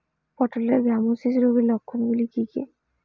পটলের গ্যামোসিস রোগের লক্ষণগুলি কী কী?